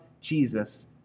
Jesus